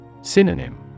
Synonym